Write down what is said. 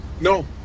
No